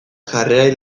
jarrerari